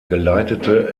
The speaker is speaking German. geleitete